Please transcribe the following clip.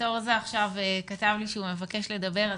קטורזה עכשיו כתב לי שהוא מבקש לדבר,